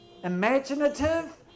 imaginative